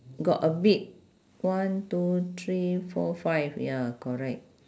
got a bit one two three four five ya correct